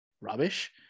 rubbish